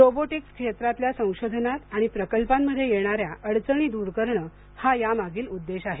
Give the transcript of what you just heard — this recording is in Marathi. रोबोटिक्स क्षेत्रातल्या संशोधनात आणि प्रकल्पांमध्ये येणाऱ्या अडचणी दूर करण हा या मागील उद्देश आहे